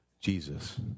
Jesus